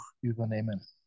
übernehmen